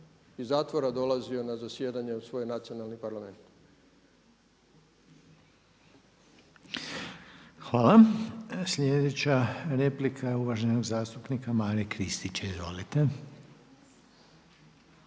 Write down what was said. iz zatvora dolazio na zasjedanje u svoj nacionalni parlament. **Reiner, Željko (HDZ)** Hvala. Slijedeća replika je uvaženog zastupnika Mare Kristića. Izvolite.